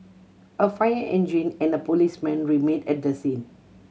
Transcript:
a fire engine and a policeman remained at the scene